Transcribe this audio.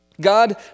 God